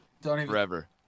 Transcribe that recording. forever